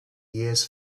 years